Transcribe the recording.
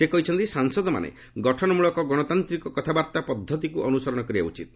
ସେ କହିଛନ୍ତି ସାଂସଦମାନେ ଗଠନମୂଳକ ଗଣତାନ୍ତିକ କଥାବାର୍ତ୍ତା ପଦ୍ଧତିକୁ ଅନୁସରଣ କରିବା ଉଚିତ୍